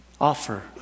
offer